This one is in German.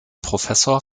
professor